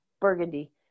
Burgundy